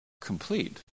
Complete